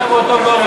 ובנייה?